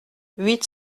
huit